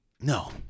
No